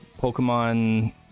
Pokemon